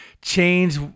change